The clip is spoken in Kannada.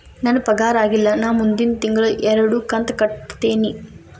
ನನ್ನ ಪಗಾರ ಆಗಿಲ್ಲ ನಾ ಮುಂದಿನ ತಿಂಗಳ ಎರಡು ಕಂತ್ ಕಟ್ಟತೇನಿ